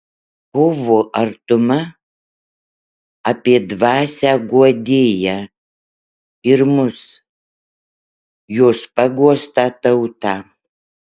kovo artuma apie dvasią guodėją ir mus jos paguostą tautą